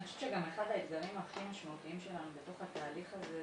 אני חושבת שגם אחד האתגרים הכי משמעותיים שלנו בתוך התהליך הזה,